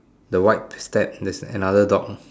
the white step there is another dog